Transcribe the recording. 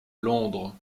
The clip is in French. londres